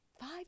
five